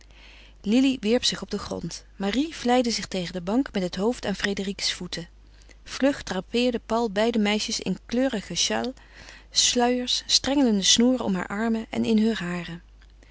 lili wierp zich op den grond marie vlijde zich tegen de bank met het hoofd aan frédérique's voeten vlug drapeerde paul beide meisje in kleurige châles sluiers strengelde snoeren om haar armen in heur haren